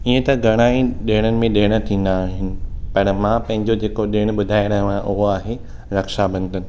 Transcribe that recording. हीअं त घणा हि ॾिणनि में ॾिण थींदा आहिनि पर मां पंहिंजो जेको ॾिणु ॿुधाए रहियो आहियां उहो आहे रक्षाबं॒धन